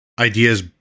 ideas